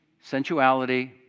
sensuality